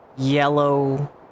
Yellow